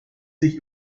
sich